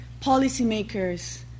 policymakers